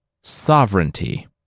Sovereignty